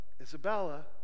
Isabella